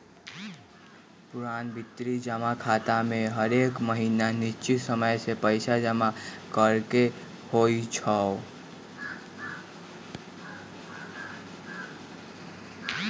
पुरनावृति जमा खता में हरेक महीन्ना निश्चित समय के पइसा जमा करेके होइ छै